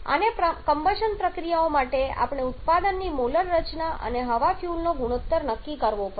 આ કમ્બશન પ્રક્રિયા માટે આપણે ઉત્પાદનની મોલર રચના અને હવા ફ્યુઅલનો ગુણોત્તર નક્કી કરવો પડશે